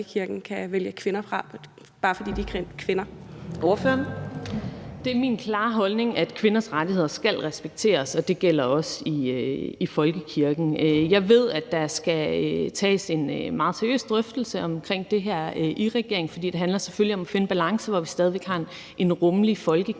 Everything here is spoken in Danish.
Det er min klare holdning, at kvinders rettigheder skal respekteres, og det gælder også i folkekirken. Jeg ved, at der skal tages en meget seriøs drøftelse af det her i regeringen, for det handler selvfølgelig om at finde en balance, hvor vi stadig væk har en rummelig folkekirke.